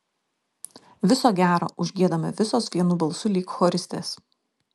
viso gero užgiedame visos vienu balsu lyg choristės